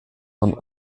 man